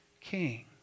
king